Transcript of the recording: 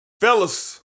fellas